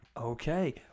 Okay